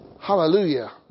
Hallelujah